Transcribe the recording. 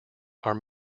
are